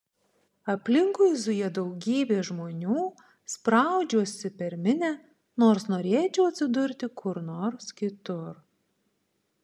aplinkui zuja daugybė žmonių spraudžiuosi per minią nors norėčiau atsidurti kur nors kitur